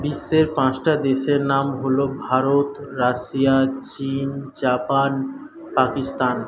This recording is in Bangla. বিশ্বের পাঁচটা দেশের নাম হল ভারত রাশিয়া চীন জাপান পাকিস্তান